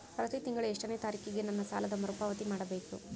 ಪ್ರತಿ ತಿಂಗಳು ಎಷ್ಟನೇ ತಾರೇಕಿಗೆ ನನ್ನ ಸಾಲದ ಮರುಪಾವತಿ ಮಾಡಬೇಕು?